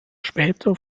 später